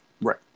right